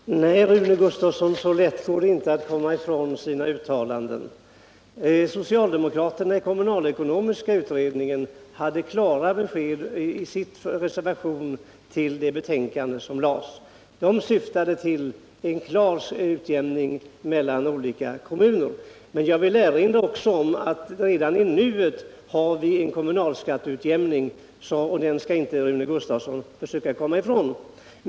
Herr talman! Nej, Rune Gustavsson, så lätt går det inte att komma ifrån sina uttalanden. Socialdemokraterna i kommunalekonomiska utredningen gav klara besked i sin reservation till det betänkande som framlades. De syftade till en klar utjämning mellan olika kommuner. Men jag vill också erinra om att redan i nuet har vi en kommunalskatteutjämning, det kan inte Rune Gustavsson komma ifrån.